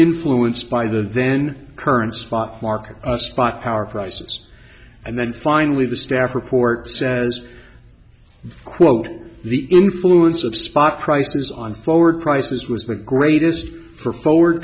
influenced by the then current spot market spot power prices and then finally the staff report says quote the influence of spot prices on forward prices was the greatest for forward